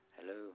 Hello